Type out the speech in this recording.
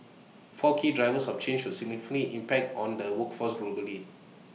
four key drivers of change will significantly impact on the workforce globally